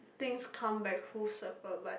things come back full circle but